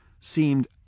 seemed